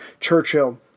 Churchill